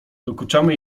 dokuczamy